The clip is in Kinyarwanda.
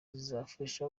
zizabafasha